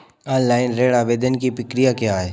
Online ऋण आवेदन की प्रक्रिया क्या है?